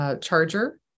Charger